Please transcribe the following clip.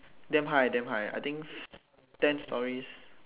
damn high damn high I think ten stories